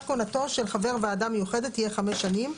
כהונתו של חבר ועדה מיוחדת תהיה חמש שנים,